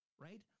right